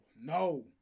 no